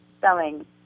selling